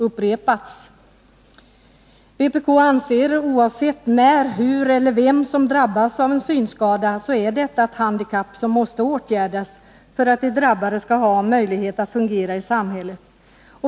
Vpk anser att en synskada, oavsett när, hur eller vem den drabbar, är ett handikapp som måste åtgärdas, för att de drabbade skall ha möjlighet att fungera i samhället.